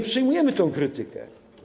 Przyjmujemy tę krytykę.